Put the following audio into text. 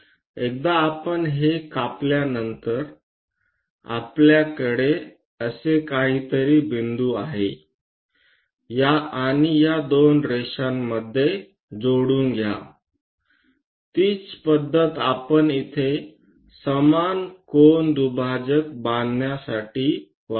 एकदा आपण हे कापल्यानंतर आपल्याकडे असे काहीतरी बिंदू आहे आणि या दोन रेषामध्ये जोडून घ्या तीच पध्दत आपण इथे समान कोन दुभाजक बांधण्यासाठी वापरू